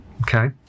okay